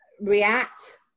react